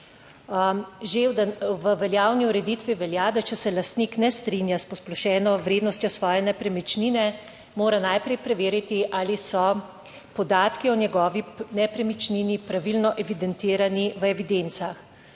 Že v veljavni ureditvi velja, da če se lastnik ne strinja s posplošeno vrednostjo svoje nepremičnine, mora najprej preveriti ali so podatki o njegovi nepremičnini pravilno evidentirani v evidencah.